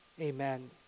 Amen